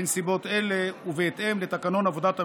בנסיבות אלה ובהתאם לתקנון עבודת הממשלה,